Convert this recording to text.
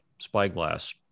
spyglass